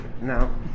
No